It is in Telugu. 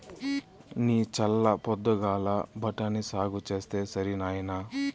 నీ చల్ల పొద్దుగాల బఠాని సాగు చేస్తే సరి నాయినా